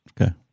Okay